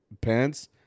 pants